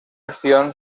acción